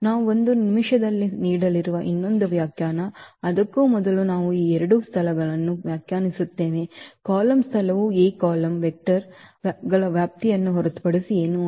ನಾವು ಒಂದು ನಿಮಿಷದಲ್ಲಿ ನೀಡಲಿರುವ ಇನ್ನೊಂದು ವ್ಯಾಖ್ಯಾನ ಅದಕ್ಕೂ ಮೊದಲು ನಾವು ಈ ಎರಡು ಸ್ಥಳಗಳನ್ನು ವ್ಯಾಖ್ಯಾನಿಸುತ್ತೇವೆ ಕಾಲಮ್ ಸ್ಥಳವು A ಕಾಲಮ್ ವೆಕ್ಟರ್ಗಳ ವ್ಯಾಪ್ತಿಯನ್ನು ಹೊರತುಪಡಿಸಿ ಏನೂ ಅಲ್ಲ